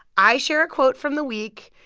i share a quote from the week.